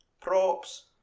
props